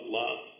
love